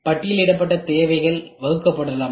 பட்டியலிடப்பட்ட தேவைகள் வகுக்கப்படலாம்